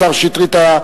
השר שטרית,